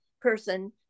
person